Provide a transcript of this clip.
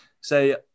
say